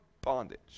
bondage